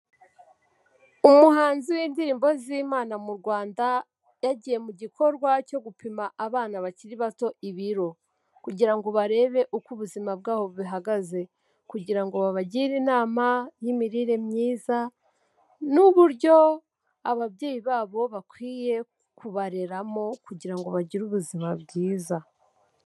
Umuhanzi w'indirimbo z'Imana mu Rwanda yagiye mu gikorwa cyo gupima abana bakiri bato ibiro kugira ngo barebe uko ubuzima bwabo buhagaze kugira ngo babagire inama y'imirire myiza n'uburyo ababyeyi babo bakwiye kubareramo kugira ngo bagire ubuzima bwiza.